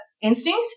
instinct